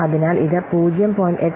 അതിനാൽ ഇത് 0